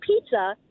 pizza